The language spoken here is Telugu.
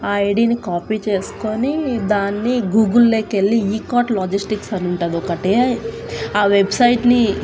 ఆ ఐడీని కాపీ చేసుకొని దాన్ని గూగుల్లోకి వెళ్ళి ఈ కార్ట్ లాజిస్టిక్స్ అని ఉంటుంది ఒకటే ఆ వెబ్సైట్ని